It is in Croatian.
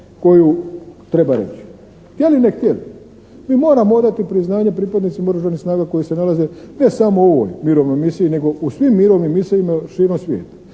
koju treba reći htjeli, ne htjeli mi moramo odati priznanje pripadnicima oružanih snaga koji se nalaze ne samo u ovoj mirovnoj misiji, nego u svim misijama širom svijeta,